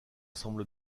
semble